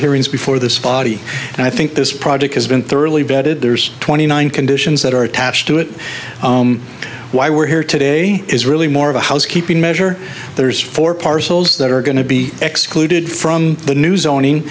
hearings before the spotty and i think this project has been thoroughly vetted there's twenty nine conditions that are attached to it why we're here today is really more of a housekeeping measure there's four parcels that are going to be excluded from the new zoning